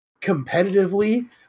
competitively